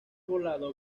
volado